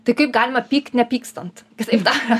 tai kaip galima pykt nepykstant kitaip tariant